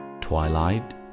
twilight